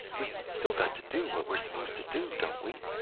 we've still got to do what we're supposed to do, don't we?